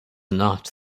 not